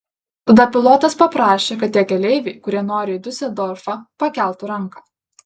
tada pilotas paprašė kad tie keleiviai kurie nori į diuseldorfą pakeltų ranką